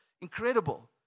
incredible